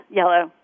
yellow